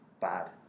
bad